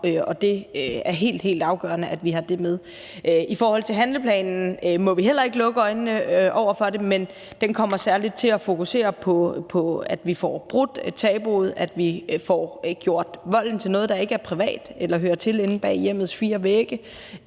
helt, helt afgørende, at vi har det med. I forhold til handleplanen må vi heller ikke lukke øjnene for det, men den kommer særlig til at fokusere på, at vi får brudt tabuet, at vi får gjort volden til noget, der ikke er privat eller hører til inde bag hjemmets fire vægge,